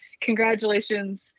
congratulations